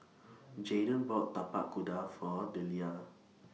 Jayden bought Tapak Kuda For Deliah